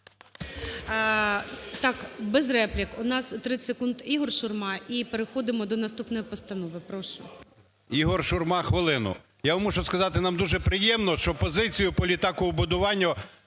Так, без реплік, У нас 30 секунд - Ігор Шурма. І переходимо до наступної постанови. Прошу. 13:14:54 ШУРМА І.М. Ігор Шурма, хвилину. Я вам мушу сказати, нам дуже приємно, що позицію по літакобудуванню